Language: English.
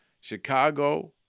Chicago